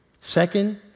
Second